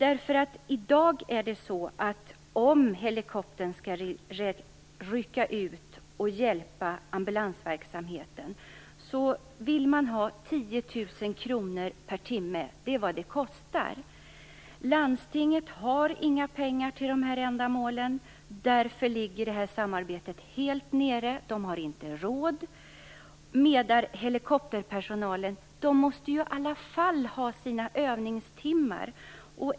Om man i dag vill att helikoptern skall rycka ut och hjälpa ambulansverksamheten får man betala 10 000 kr per timme - det är vad det kostar. Landstinget har inga pengar till de här ändamålen. Därför ligger samarbetet helt nere, man har inte råd. Men helikopterpersonalen måste i alla fall ha sina övningstimmar.